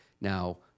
Now